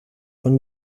von